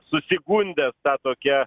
susigundęs ta tokia